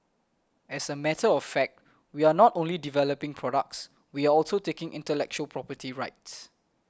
as a matter of fact we are not only developing products we are also taking intellectual property rights